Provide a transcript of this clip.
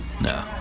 no